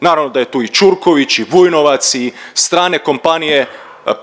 Naravno da je tu i Ćurković i Vujnovac i strane kompanije,